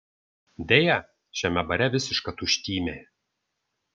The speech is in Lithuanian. deja šiame bare visiška tuštymė